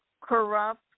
corrupt